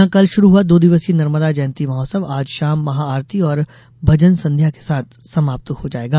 यहां कत शुरू हुआ दो दिवसीय नर्मदा जयंती महोत्सव आज शाम महाआरती और भजन संध्या के साथ समाप्त हो जायेगा